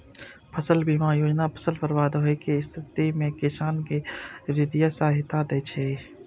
फसल बीमा योजना फसल बर्बाद होइ के स्थिति मे किसान कें वित्तीय सहायता दै छै